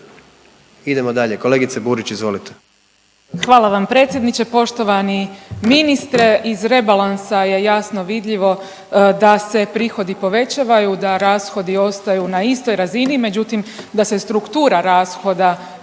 Idemo dalje, kolegice Burić izvolite. **Burić, Majda (HDZ)** Hvala vam predsjedniče. Poštovani ministre iz rebalansa je jasno vidljivo da se prihodi povećavaju, da rashodi ostaju na istoj razini. Međutim, da se struktura rashoda